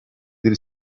del